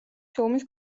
ფილმის